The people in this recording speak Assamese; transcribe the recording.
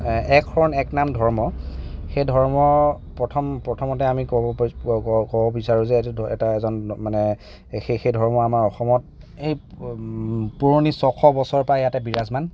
এক শৰণ এক নাম ধৰ্ম সেই ধৰ্ম প্ৰথম প্ৰথমতে আমি ক'ব বিচাৰো যে এটা এজন মানে সেই ধৰ্ম আমাৰ অসমত পুৰণি ছশ বছৰ পা ইয়াতে বিৰাজমান